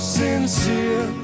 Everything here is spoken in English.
sincere